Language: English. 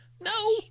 No